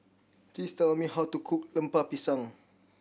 please tell me how to cook Lemper Pisang